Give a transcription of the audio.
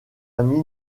ami